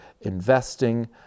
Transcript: investing